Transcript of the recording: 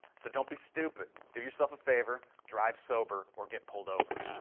so don't be stupid. do yourself a favor drive sober or get pulled over.